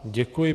Děkuji.